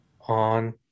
on